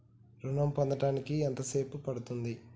ఋణం పొందడానికి ఎంత సేపు పడ్తుంది?